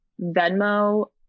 Venmo